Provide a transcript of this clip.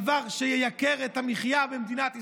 דבר שייקר את המחיה במדינת ישראל,